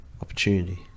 opportunity